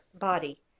body